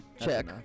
Check